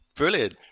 Brilliant